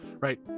Right